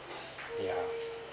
yeah